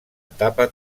etapa